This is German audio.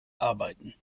arbeiten